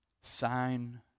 sign